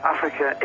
Africa